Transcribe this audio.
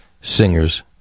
singers